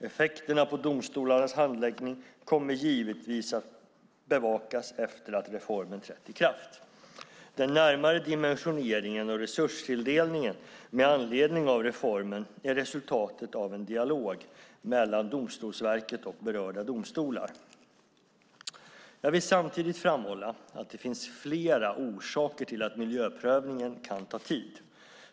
Effekterna på domstolarnas handläggning kommer givetvis att bevakas efter att reformen trätt i kraft. Den närmare dimensioneringen och resurstilldelningen med anledning av reformen är resultatet av en dialog mellan Domstolsverket och berörda domstolar. Jag vill samtidigt framhålla att det finns flera orsaker till att en miljöprövning kan ta tid.